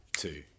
two